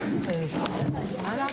נעולה.